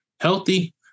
healthy